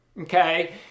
okay